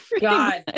God